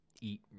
eat